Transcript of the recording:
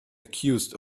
accused